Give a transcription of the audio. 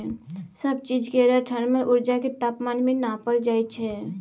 सब चीज केर थर्मल उर्जा केँ तापमान मे नाँपल जाइ छै